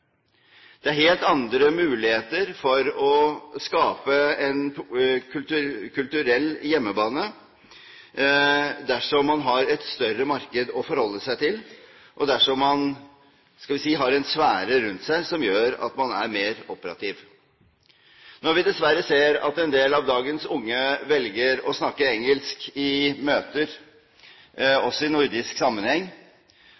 Det er helt andre muligheter for å skape en kulturell hjemmebane dersom man har et større marked å forholde seg til, og dersom man – skal vi si – har en sfære rundt seg som gjør at man er mer operativ. Når vi dessverre ser at en del av dagens unge velger å snakke engelsk i møter